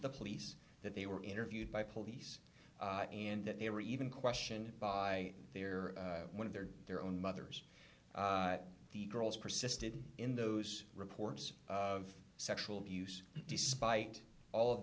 the police that they were interviewed by police and that they were even question by their one of their their own mothers the girls persisted in those reports of sexual abuse despite all of